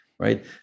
Right